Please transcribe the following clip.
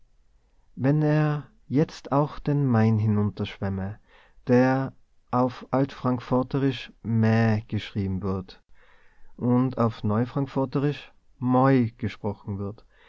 wenn er jetzt auch den main hinunterschwämme der auf altfrankforterisch mää geschrieben wird und auf neufrankforterisch moi gesprochen wird